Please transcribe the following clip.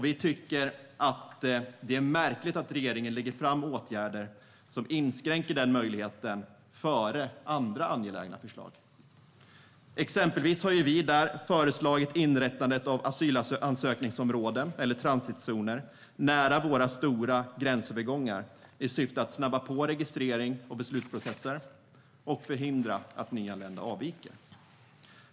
Vi tycker att det är märkligt att regeringen lägger fram åtgärder som inskränker den möjligheten före andra angelägna förslag. Exempelvis har vi föreslagit inrättandet av asylansökningsområden eller transitzoner nära de stora gränsövergångarna i syfte att snabba på registrering och beslutsprocesser och förhindra att nyanlända avviker.